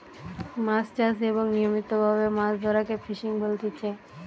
মাছ চাষ এবং নিয়মিত ভাবে মাছ ধরাকে ফিসিং বলতিচ্ছে